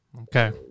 okay